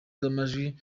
z’amajwi